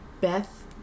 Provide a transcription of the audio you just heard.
Beth